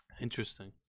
interesting